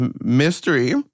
mystery